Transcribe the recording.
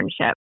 internship